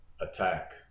attack